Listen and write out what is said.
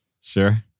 sure